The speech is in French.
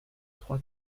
trois